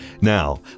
Now